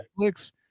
Netflix